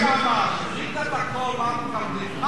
אבל היית שם, ראית הכול מה מקבלים.